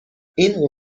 این